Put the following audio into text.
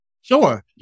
Sure